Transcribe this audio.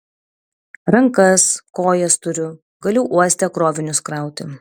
rankas kojas turiu galiu uoste krovinius krauti